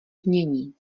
znění